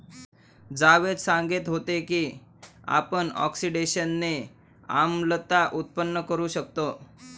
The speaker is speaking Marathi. जावेद सांगत होते की आपण ऑक्सिडेशनने आम्लता उत्पन्न करू शकतो